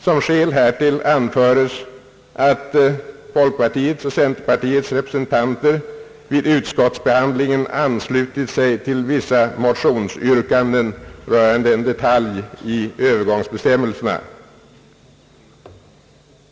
Som skäl härför anföres, att folkpartiets och centerpartiets representanter vid utskottsbehandlingen anslutit sig till vissa motionsyrkanden rörande en detalj i övergångsbestämmelserna.